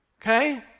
Okay